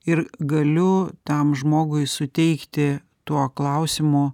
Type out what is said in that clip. ir galiu tam žmogui suteikti tuo klausimu